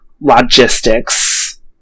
logistics